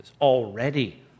already